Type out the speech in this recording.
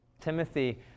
Timothy